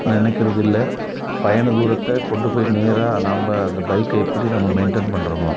நினைக்கிறதில்ல பயண தூரத்தை கொண்டு போய் நேராக நாம் அந்த பைக்கை எப்படி நம்ப மெயின்டன் பண்ணுறமோ